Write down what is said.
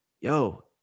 yo